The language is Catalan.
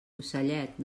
ocellet